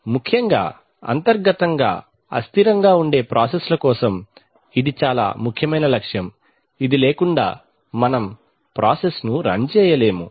ముఖ్యంగా అంతర్గతంగా అస్థిరంగా ఉండే ప్రాసెస్ ల కోసం ఇది చాలా ముఖ్యమైన లక్ష్యం ఇది లేకుండా మనం ప్రాసెస్ ను రన్ చేయలేము